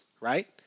right